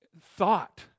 thought